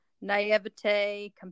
naivete